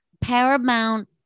paramount